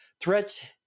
threats